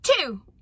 two